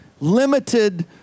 limited